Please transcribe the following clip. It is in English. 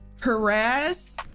harass